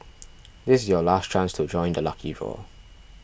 this is your last chance to join the lucky draw